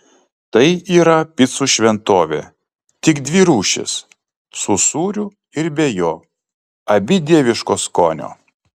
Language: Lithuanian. tai yra picų šventovė tik dvi rūšys su sūriu ir be jo abi dieviško skonio